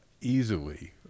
easily